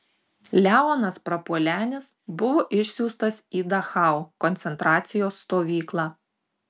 leonas prapuolenis buvo išsiųstas į dachau koncentracijos stovyklą